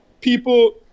people